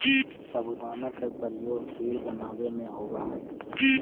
साबूदाना का प्रयोग खीर बनावे में होवा हई